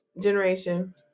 Generation